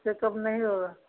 इससे काम नहीं होगा